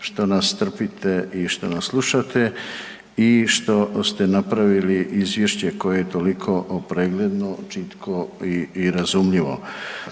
što nas trpite i što nas slušate i što ste napravili izvješće koje je toliko pregledno, čitko i razumljivo.